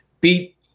Beat